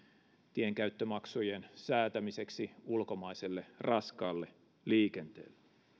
tienkäyttömaksujen säätämiseksi ulkomaiselle raskaalle liikenteelle